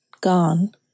gone